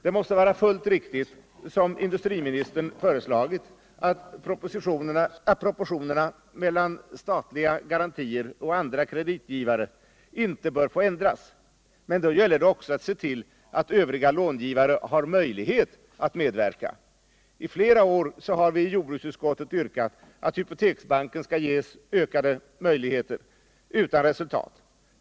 Det måste vara fullt riktigt som industriministern föreslagit att proportionerna mellan statliga garantier och krediter från andra kreditgivare inte bör få ändras. Men då gäller det också att se till att övriga långivare har möjlighet att medverka. I flera år har vi i jordbruksutskottet yrkat att hypoteksbanken skall ges ökade möjligheter, men utan resultat.